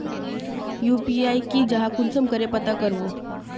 UPI की जाहा कुंसम करे पता करबो?